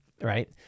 right